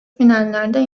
finallerde